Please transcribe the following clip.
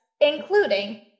including